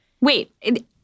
Wait